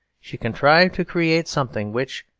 she contrived to create something which,